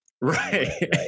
right